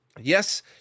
Yes